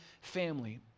family